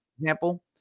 example